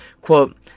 Quote